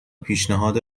پیشنهاد